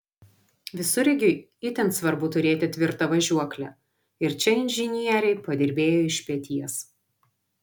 visureigiui itin svarbu turėti tvirtą važiuoklę ir čia inžinieriai padirbėjo iš peties